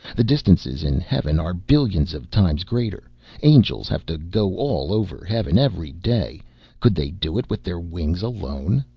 the distances in heaven are billions of times greater angels have to go all over heaven every day could they do it with their wings alone?